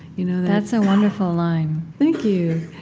you know that's a wonderful line thank you.